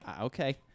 okay